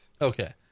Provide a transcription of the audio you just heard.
Okay